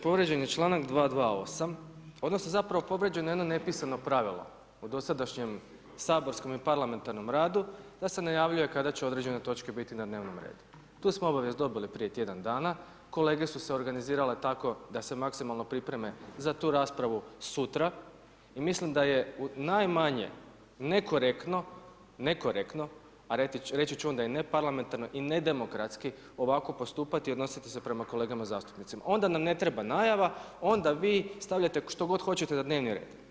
Povrijeđen je čl. 228 odnosno zapravo povrijeđeno je ono nepisano pravilo o dosadašnjem saborskog i parlamentarnom radu da se najavljuje kada će određene točke biti na dnevnom redu, tu smo obavijest dobili prije tjedan dana, kolege su se organizirale tako da se maksimalno pripreme za tu raspravu sutra i mislim da je najmanje nekorektno, a reći ću onda i ne parlamentarni i ne demokratski ovako postupati i odnositi se prema kolegama zastupnicima, onda nam ne treba najava, onda vi stavljajte što god hoćete na dnevni red.